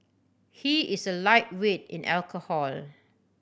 he is a lightweight in alcohol